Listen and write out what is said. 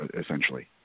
essentially